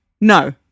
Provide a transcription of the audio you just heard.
no